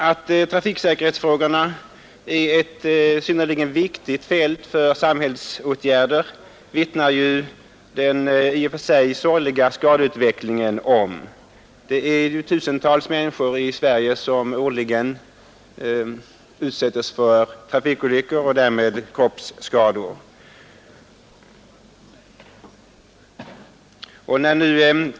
Att trafiksäkerhetsfrågorna är ett synnerligen viktigt fält och i behov av samhällsåtgärder, vittnar den sorgliga skadeutvecklingen om; tusentals människor i Sverige utsättes årligen för trafikolyckor och därmed kroppsskador.